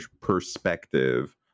perspective